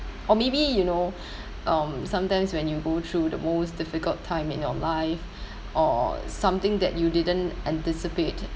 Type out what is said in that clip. or maybe you know um sometimes when you go through the most difficult time in your life or something that you didn't anticipate